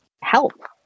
help